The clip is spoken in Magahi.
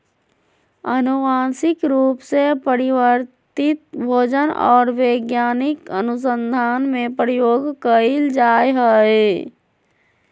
आनुवंशिक रूप से परिवर्तित भोजन और वैज्ञानिक अनुसन्धान में प्रयोग कइल जा हइ